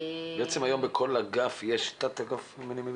אני מבין נכון שהיום בכל אגף יש תת אגף?